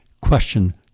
question